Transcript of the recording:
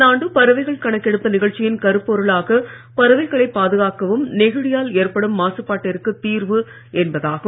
இந்தாண்டு பறவைகள் கணக்கெடுப்பு நிகழ்ச்சியின் கருப்பொருளாக பறவைகளை பாதுகாக்கவும் நெகிழியால் ஏற்படும் மாசுபாட்டிற்கு தீர்வாக இருங்கள் என்பதாகும்